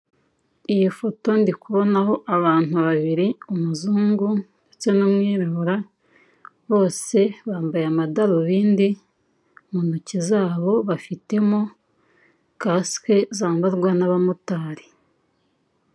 Iyi foto ndi kubonaho abantu babiri umuzungu ndetse n'umwirabura bose bambaye amadarubindi mu ntoki zabo bafitemo casque zambarwa n'aba motari.